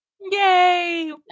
Yay